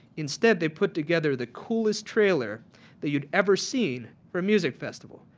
instead they put together the coolest trailer that you would ever seen for music festival.